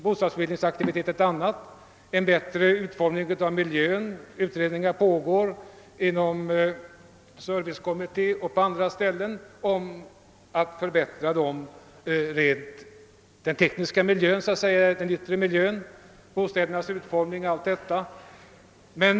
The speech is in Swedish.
Bostadsförmedlingsaktivitet och en bättre utformning av miljön är andra. Utredningar pågår inom servicekommittén och på andra håll om förbättring av den yttre miljön, om bostädernas utformning o. s. v.